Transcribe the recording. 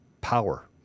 power